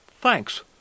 Thanks